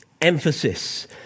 emphasis